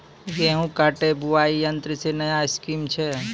गेहूँ काटे बुलाई यंत्र से नया स्कीम छ?